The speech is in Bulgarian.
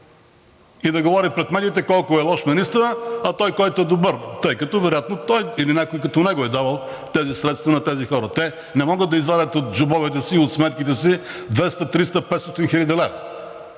Да говори пред медиите колко е лош министърът, а той, който е добър, тъй като вероятно той или някой като него е давал тези средства на тези хора. Те не могат да извадят от джобовете си и от сметките си 200, 300, 500 хил. лв.